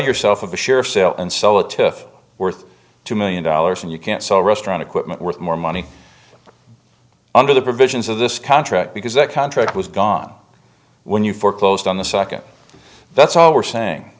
yourself of a share sale and sell it if worth two million dollars and you can't sell restaurant equipment worth more money under the provisions of this contract because that contract was gone when you foreclosed on the second that's all we're saying